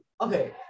Okay